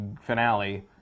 finale